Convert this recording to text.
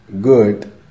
good